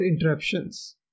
interruptions